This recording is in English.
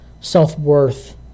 self-worth